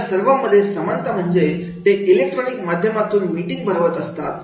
या सर्वांमध्ये समानता म्हणजे ते इलेक्ट्रॉनिक माध्यमातून मीटिंग भरवत असतात